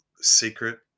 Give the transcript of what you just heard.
secret